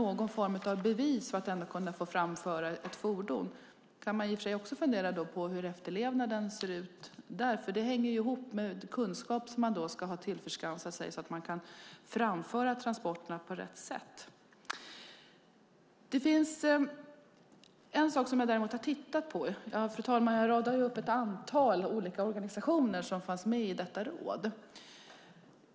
Någon form av bevis behövs för att få framföra ett fordon. Man kan i och för sig också fundera på hur det ser ut med efterlevnaden i det avseendet. Det här hänger ju ihop med kunskap som man ska ha tillskansat sig så att man kan framföra transportmedlet på rätt sätt. Fru talman! Jag har ju nämnt en rad olika organisationer som funnits med i nämnda råd.